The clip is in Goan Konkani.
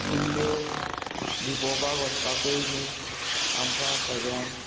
कुल्ल्यो दिपोवपाक वचपाकूय बी आमकां सगळ्यांक